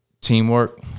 teamwork